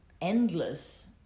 endless